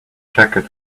jacket